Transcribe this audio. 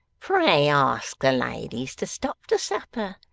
pray ask the ladies to stop to supper,